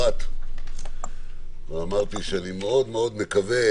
אמרתי שאני מאוד מקווה